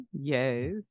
yes